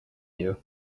you